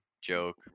joke